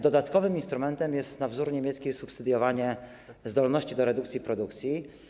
Dodatkowym instrumentem na wzór niemiecki jest subsydiowanie zdolności do redukcji produkcji.